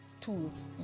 tools